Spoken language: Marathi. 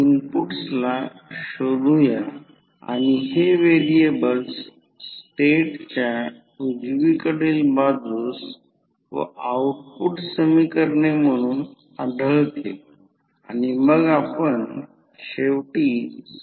हा अल्टरनेटिंग फ्लक्स मी सांगितलेल्या प्रायमरी आणि सेकंडरी दोन्ही कॉइल्सशी जोडतो आणि त्यांच्यामध्ये अनुक्रमे E1 आणि E2 चे emf म्युच्युअल इंडक्शनमुळे तयार होते